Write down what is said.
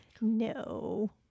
No